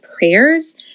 prayers